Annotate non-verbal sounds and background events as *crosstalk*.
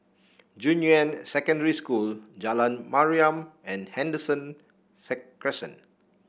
Junyuan Secondary School Jalan Mariam and Henderson *unintelligible* Crescent